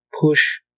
push